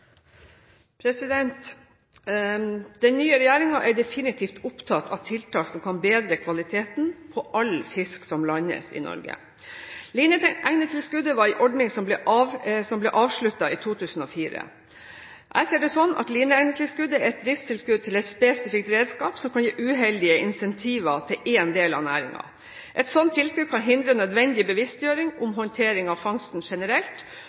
Den nye regjeringen er definitivt opptatt av tiltak som kan bedre kvaliteten på all fisk som landes i Norge. Lineegnetilskuddet var en ordning som ble avsluttet i 2004. Jeg ser det slik at lineegnetilskuddet er et driftstilskudd til et spesifikt redskap som kan gi uheldige insentiver til en del av næringen. Et slikt tilskudd kan hindre nødvendig bevisstgjøring om handtering av fangsten generelt